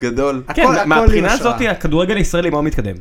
גדול. מהבחינה הזאתי הכדורגל הישראלי מאוד מתקדם.